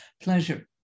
pleasure